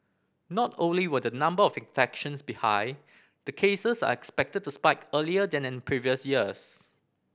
not only will the number of infections be high the cases are expected to spike earlier than in previous years